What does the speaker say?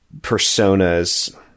personas